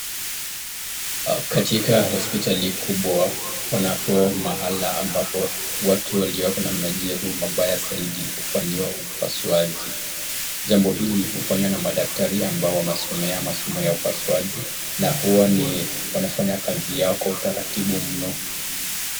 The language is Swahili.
Katika hospitali kubwa panapo mahala ambapo watu walio na majeruhi mabaya zaidi hufanyiwa upasuaji, jambo hili hufanya na madaktari ambao wamesomea masomo ya upasuaji na huwa wanafanya kazi yao kwa utaratibu mno.